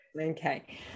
Okay